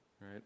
right